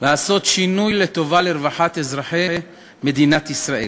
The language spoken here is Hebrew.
לעשות שינוי לטובה לרווחת אזרחי מדינת ישראל.